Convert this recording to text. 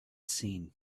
seen